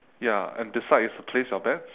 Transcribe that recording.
ya and beside is uh place your bets